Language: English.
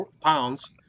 pounds